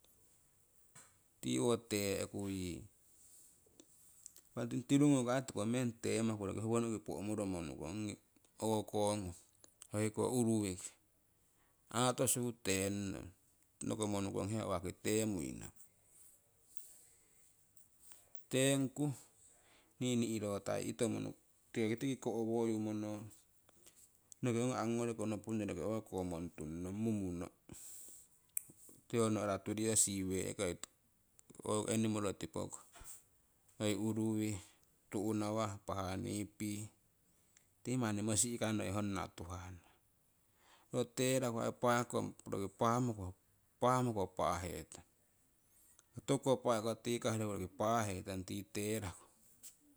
tii owo tee'ku yii. Tirungo ko aii topo meng tee'maku roki howonoki po'moromo nuukong ongi o'ko ngung hoiko uuruwii ki aatoshu teennong, nokomonukong hiya uwaki tee'muinong teengku nii nihrotai itomo roki ko'woyo monongu roki ongo angugoriko nopunno roki o'ko montunnong mumuno tiko no'ra turiyo siweehke ho animoro tipoko oii uruwii, tu'nawa impa honeybee. Tii manni mosi'ka manni honna tuhah naa, ro tee raku paako roki paamoko paamoko paahetong tokuko paakotikah. ro roki paahetong tii teeraku